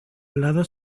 lados